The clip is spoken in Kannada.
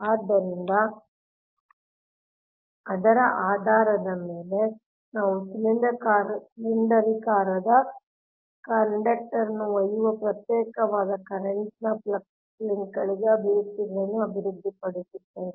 ಆದ್ದರಿಂದ ಅದರ ಆಧಾರದ ಮೇಲೆ ನಾವು ಸಿಲಿಂಡರಾಕಾರದ ಕಂಡಕ್ಟರ್ ಅನ್ನು ಒಯ್ಯುವ ಪ್ರತ್ಯೇಕವಾದ ಕರೆಂಟ್ ನ ಫ್ಲಕ್ಸ್ ಲಿಂಕ್ಗಳಿಗೆ ಅಭಿವ್ಯಕ್ತಿಗಳನ್ನು ಅಭಿವೃದ್ಧಿಪಡಿಸುತ್ತೇವೆ